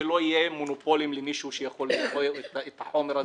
ולא יהיו מונופולים למישהו שיכול לייבא את החומר הזה,